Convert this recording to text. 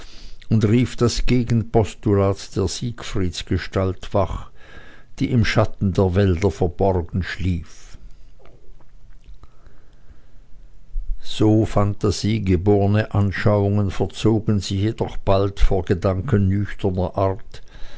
und rief das gegenpostulat der siegfriedsgestalt wach die im schatten der wälder verborgen schlief so phantasiegeborne anschauungen verzogen sich jedoch bald vor gedanken nüchterner art